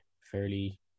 fairly